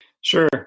Sure